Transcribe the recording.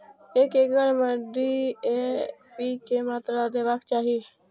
एक एकड़ में डी.ए.पी के मात्रा देबाक चाही?